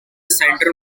center